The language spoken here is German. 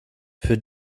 für